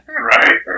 Right